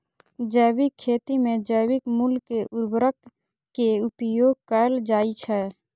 जैविक खेती मे जैविक मूल के उर्वरक के उपयोग कैल जाइ छै